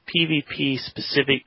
PvP-specific